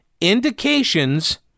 indications